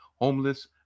homeless